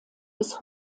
bis